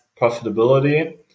profitability